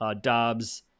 Dobbs